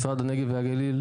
משרד הנגב והגליל,